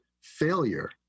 failure